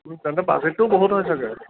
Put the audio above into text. তেন্তে বাজেটটোও বহুত হয় চাগৈ